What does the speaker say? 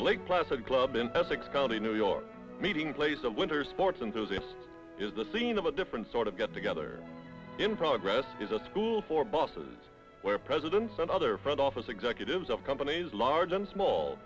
the lake placid club in essex county new york meeting place of winter sports enthusiasts is the scene of a different sort of get together in progress is a school for busses where presidents and other front office executives of companies large and small